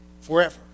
forever